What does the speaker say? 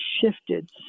shifted